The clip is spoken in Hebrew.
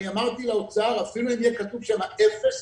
אמרתי לאוצר אפילו אם יהיה כתוב שם: אפס,